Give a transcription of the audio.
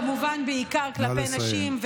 כמובן בעיקר כלפי נשים,